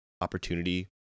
opportunity